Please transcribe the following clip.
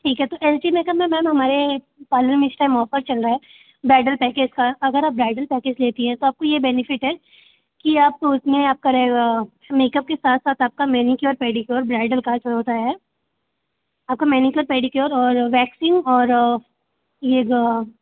ठीक है तो एच डी मेकअप में मैम हमारे पार्लर में इस टाइम ऑफ़र चल रहा है ब्राइडल पैकेज का अगर आप ब्राइडल पैकेज लेती हैं तो आपको ये बेनीफ़िट है कि आप उसमें आपका रहेगा मेकअप के साथ साथ आपका मैनीक्योर पेडीक्योर ब्राइडल का जो होता है आपको मैनीक्योर पेडीक्योर और वैक्सिंग और यह जो